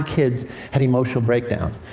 kids had emotional breakdowns.